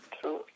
true